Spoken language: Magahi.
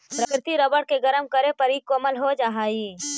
प्राकृतिक रबर के गरम करे पर इ कोमल हो जा हई